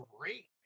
great